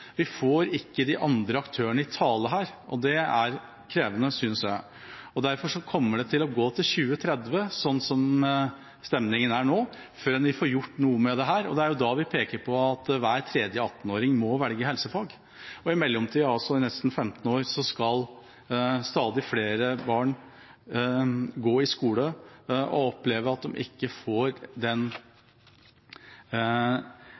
Vi får ikke de andre aktørene i tale her, og det er krevende, synes jeg. Derfor kommer det til å gå til 2030, slik stemningen er nå, før vi får gjort noe med dette. Og det er da vi peker på at hver tredje 18-åring må velge helsefag. I mellomtida, altså i nesten 15 år, skal stadig flere barn gå på skole og oppleve at de ikke får den